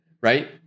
right